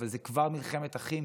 אבל זה כבר מלחמת אחים,